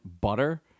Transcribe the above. butter